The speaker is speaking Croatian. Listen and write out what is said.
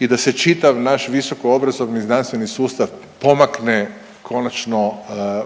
i da se čitav naš visokoobrazovni znanstveni sustav pomakne konačno